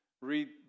Read